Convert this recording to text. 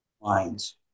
lines